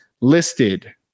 listed